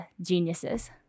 geniuses